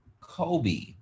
Kobe